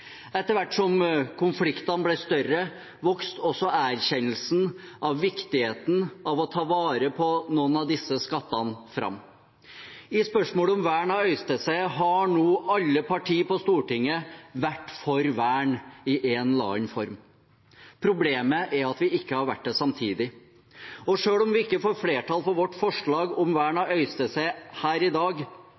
Etter hvert som konfliktene ble større, vokste også erkjennelsen av viktigheten av å ta vare på noen av disse skattene framover. I spørsmålet om vern av Øystese har nå alle partiene på Stortinget vært for vern i en eller annen form. Problemet er at vi ikke har vært det samtidig. Selv om vi ikke får flertall for vårt forslag om vern av Øystese her i dag,